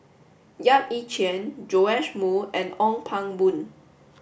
Yap Ee Chian Joash Moo and Ong Pang Boon